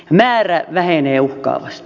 määrä vähenee uhkaavasti